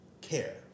care